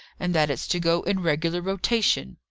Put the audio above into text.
and that it's to go in regular rotation.